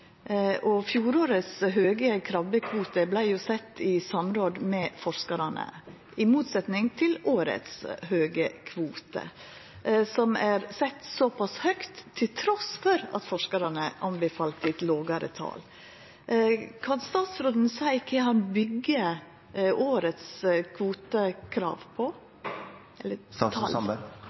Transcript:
og fjorårets høge krabbekvote vart sett i samråd med forskarane, i motsetning til årets høge kvote, som er sett såpass høgt trass i at forskarane anbefalte eit lågare tal. Kan statsråden seia kva han byggjer årets kvotetal på?